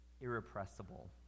irrepressible